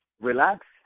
relax